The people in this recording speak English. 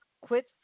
Quit